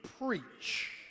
preach